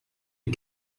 les